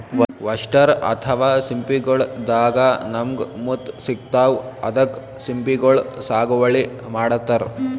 oyster ಅಥವಾ ಸಿಂಪಿಗೊಳ್ ದಾಗಾ ನಮ್ಗ್ ಮುತ್ತ್ ಸಿಗ್ತಾವ್ ಅದಕ್ಕ್ ಸಿಂಪಿಗೊಳ್ ಸಾಗುವಳಿ ಮಾಡತರ್